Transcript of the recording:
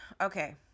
Okay